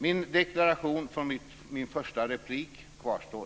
Min deklaration från min första replik kvarstår.